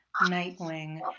Nightwing